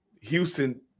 Houston